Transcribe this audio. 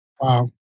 Wow